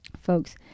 folks